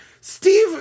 Steve